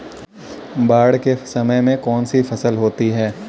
बाढ़ के समय में कौन सी फसल होती है?